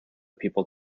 people